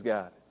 God